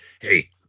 Hey